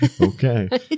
Okay